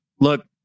look